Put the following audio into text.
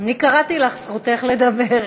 אני קראתי לך, זכותך לדבר.